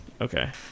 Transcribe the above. Okay